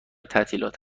تعطیلات